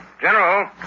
General